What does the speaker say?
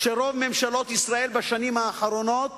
שרוב ממשלות ישראל בשנים האחרונות